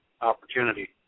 opportunity